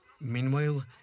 Meanwhile